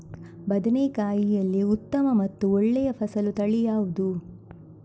ಬದನೆಕಾಯಿಯಲ್ಲಿ ಉತ್ತಮ ಮತ್ತು ಒಳ್ಳೆಯ ಫಸಲು ತಳಿ ಯಾವ್ದು?